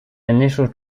initial